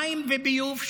מים וביוב,